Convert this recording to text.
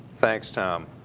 thanks tom.